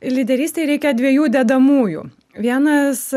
lyderystei reikia dviejų dedamųjų vienas